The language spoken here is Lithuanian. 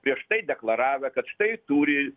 prieš tai deklaravę kad štai turi